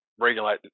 regulate